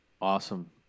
Awesome